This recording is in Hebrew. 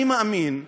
אני מאמין שאני,